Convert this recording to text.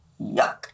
Yuck